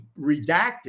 redacted